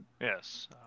Yes